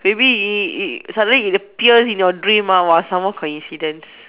maybe it it it suddenly it appears in your dream ah some more coincidence